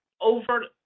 over